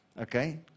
Okay